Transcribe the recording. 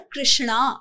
Krishna